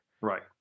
Right